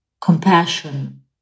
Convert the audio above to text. Compassion